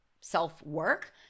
self-work